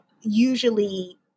usually